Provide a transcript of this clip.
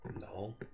No